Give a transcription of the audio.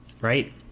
right